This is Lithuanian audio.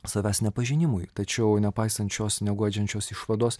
savęs nepažinimui tačiau nepaisant šios neguodžiančios išvados